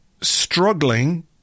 struggling